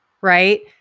right